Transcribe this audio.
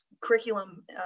curriculum